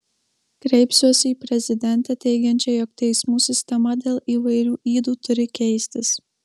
kreipsiuosi į prezidentę teigiančią jog teismų sistema dėl įvairių ydų turi keistis